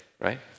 right